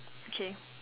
K